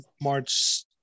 March